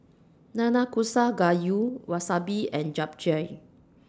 Nanakusa Gayu Wasabi and Japchae